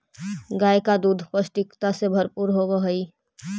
गाय का दूध पौष्टिकता से भरपूर होवअ हई